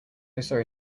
sorry